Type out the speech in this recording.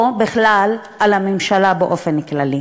או בכלל על הממשלה, באופן כללי.